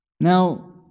Now